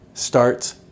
starts